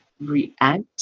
react